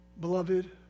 beloved